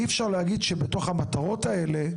אי אפשר להגיד שבתוך המטרות האלה,